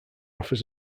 offers